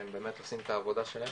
שהם באמת עושים את העבודה שלהם,